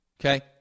Okay